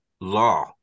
law